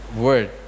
word